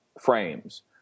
frames